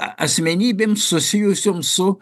asmenybėms susijusioms su